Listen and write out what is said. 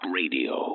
radio